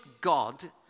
God